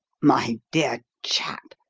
my dear chap,